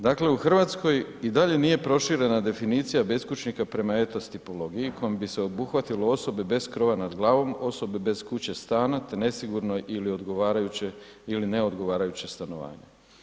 Dakle, u Hrvatskoj i dalje nije proširenja definicija beskućnika prema ETHOS tipologiji kojom bi se obuhvatilo osobe bez krova nad glavom, osobe bez kuće, stana te nesigurnoj ili odgovarajuće ili neodgovarajuće stanovanje.